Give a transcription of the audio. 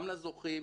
גם לזוכים,